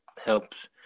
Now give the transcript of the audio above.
helps